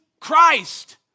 Christ